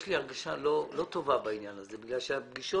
יש לי הרגשה לא טובה בעניין הזה בגלל שהפגישות